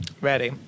Ready